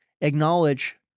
Acknowledge